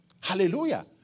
Hallelujah